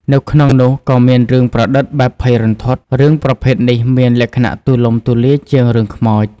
នៅក្នុងនោះក៏មានរឿងប្រឌិតបែបភ័យរន្ធត់ រឿងប្រភេទនេះមានលក្ខណៈទូលំទូលាយជាងរឿងខ្មោច។